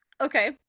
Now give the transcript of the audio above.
Okay